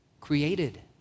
created